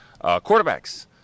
Quarterbacks